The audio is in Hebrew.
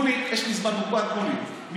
יש לי זמן מוגבל, תנו לי.